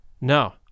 No